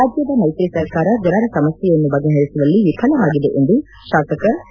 ರಾಜ್ಯದ ಮೈತ್ರಿ ಸರ್ಕಾರ ಜನರ ಸಮಸ್ಥೆಯನ್ನು ಬಗೆ ಹರಿಸುವಲ್ಲಿ ವಿಫಲವಾಗಿದೆ ಎಂದು ಶಾಸಕ ಸಿ